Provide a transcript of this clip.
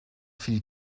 viel